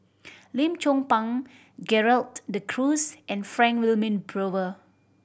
Lim Chong Pang Gerald De Cruz and Frank Wilmin Brewer